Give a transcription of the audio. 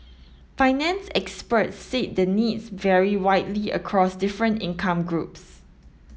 finance experts said the needs vary widely across different income groups